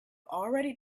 already